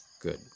Good